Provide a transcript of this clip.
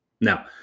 Now